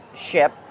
ship